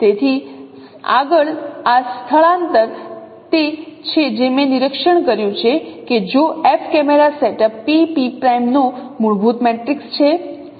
તેથી આગળ આ સ્થળાંતર તે છે જે તમે નિરીક્ષણ કર્યું છે કે જો F camera setup P P' નો મૂળભૂત મેટ્રિક્સ છે